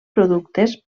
productes